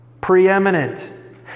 Preeminent